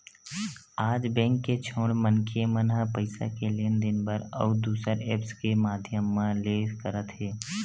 आज बेंक के छोड़ मनखे मन ह पइसा के लेन देन बर अउ दुसर ऐप्स के माधियम मन ले करत हे